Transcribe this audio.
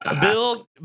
Bill